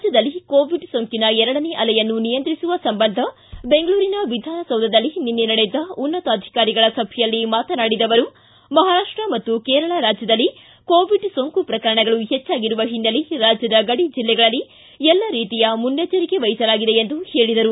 ರಾಜ್ಯದಲ್ಲಿ ಕೋವಿಡ್ ಸೋಂಕಿನ ಎರಡನೇ ಅಲೆಯನ್ನು ನಿಯಂತ್ರಿಸುವ ಸಂಬಂಧ ಬೆಂಗಳೂರಿನ ವಿಧಾನಸೌಧದಲ್ಲಿ ನಿನ್ನೆ ನಡೆದ ಉನ್ನತಾಧಿಕಾರಿಗಳ ಸಭೆಯಲ್ಲಿ ಮಾತನಾಡಿದ ಆವರು ಮಹಾರಾಷ್ವ ಮತ್ತು ಕೇರಳ ರಾಜ್ಯದಲ್ಲಿ ಕೋವಿಡ್ ಸೋಂಕು ಪ್ರಕರಣಗಳು ಹೆಚ್ಚಾಗಿರುವ ಹಿನ್ನೆಲೆ ರಾಜ್ಯದ ಗಡಿ ಜಿಲ್ಲೆಗಳಲ್ಲಿ ಎಲ್ಲ ರೀತಿಯ ಮುನ್ನೆಚ್ಚರಿಕೆ ವಹಿಸಲಾಗಿದೆ ಎಂದು ಸಚಿವರು ತಿಳಿಸಿದರು